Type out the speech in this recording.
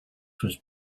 was